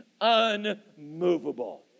unmovable